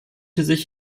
sich